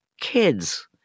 kids